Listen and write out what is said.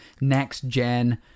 next-gen